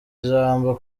ijambo